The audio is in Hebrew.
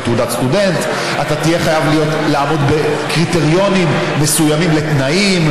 תעודת סטודנט ואתה תהיה חייב לעמוד בקריטריונים מסוימים לתנאים,